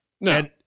No